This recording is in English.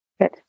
Good